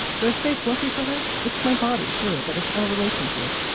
so i stay fluffy for her. it's my body. sure. but it's our relationship.